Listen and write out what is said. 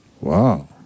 Wow